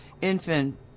Infant